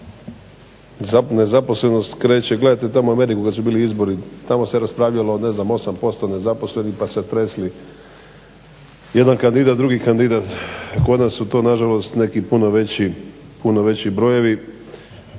nezaposlenost kreće, gledajte tamo Ameriku kad su bili izbori. Tamo se raspravljalo o ne znam 8% nezaposlenih pa su se tresli jedan kandidat, drugi kandidat. Kod nas su to na žalost puno veći brojevi.